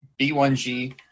B1G